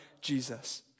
Jesus